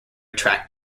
tract